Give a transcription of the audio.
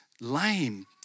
lame